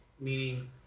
meaning